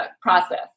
process